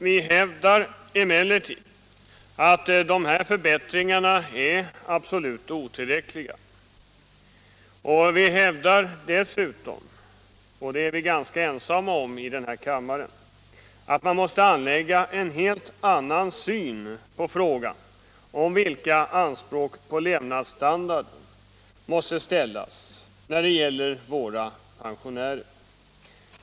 Vi hävdar emellertid att dessa förbättringar är absolut otillräckliga, och vi hävdar dessutom — och det är vi ganska ensamma om i denna kammare — att man måste anlägga en helt annan syn på frågan vilka anspråk på levnadsstandard som måste ställas när det gäller våra pensionärer.